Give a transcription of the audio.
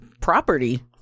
property